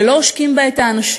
שלא עושקים בה את האנשים.